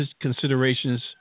considerations